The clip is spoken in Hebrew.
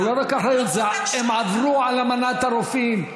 זה לא רק אחריות, הם עברו על אמנת הרופאים.